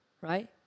right